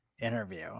interview